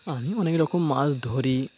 আমি অনেক রকম মাছ ধরি